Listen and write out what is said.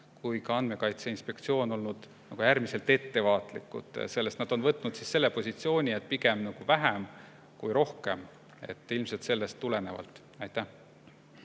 kui ka Andmekaitse Inspektsioon olnud äärmiselt ettevaatlikud, sest nad on võtnud selle positsiooni, et pigem vähem kui rohkem. Ilmselt sellest tulenevalt. Henn